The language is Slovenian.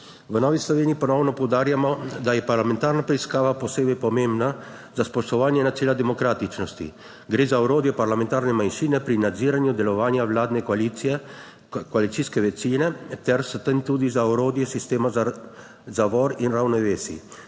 V Novi Sloveniji ponovno poudarjamo, da je parlamentarna preiskava posebej pomembna za spoštovanje načela demokratičnosti. Gre za orodje parlamentarne manjšine pri nadziranju delovanja vladne koalicije, koalicijske večine, ter s tem tudi za orodje sistema zavor in ravnovesij.